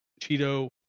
Cheeto